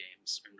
games